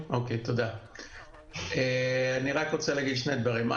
יודע את הנתון הזה,